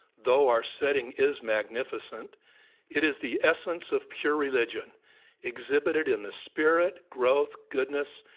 though our setting is magnificent it is the essence of pure religion exhibited in the spirit, growth, goodness,